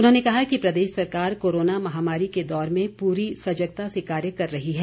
उन्होंने कहा कि प्रदेश सरकार कोरोना महामारी के दौर में पूरी सजकता से कार्य कर रही है